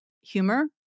humor